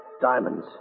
diamonds